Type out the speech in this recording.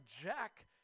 jack